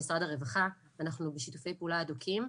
עבר למשרד הרווחה ולטיפול שלהם ואנחנו בשיתופי פעולה הדוקים.